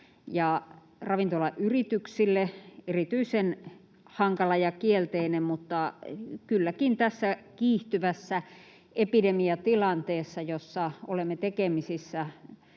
ja ravintolayrityksille erityisen hankala ja kielteinen, mutta kylläkin tässä kiihtyvässä epidemiatilanteessa, jossa olemme tekemisissä